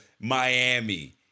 Miami